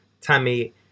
Tammy